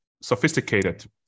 sophisticated